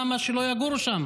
למה שלא יגורו שם?